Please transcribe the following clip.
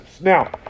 Now